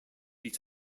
each